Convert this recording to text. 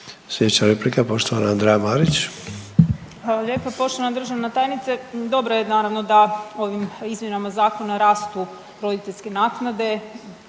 Marić. **Marić, Andreja (SDP)** Hvala lijepo. Poštovana državna tajnice dobro je naravno da ovim izmjenama zakona rastu roditeljske naknade